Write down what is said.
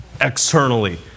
externally